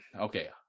Okay